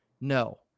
No